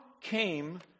came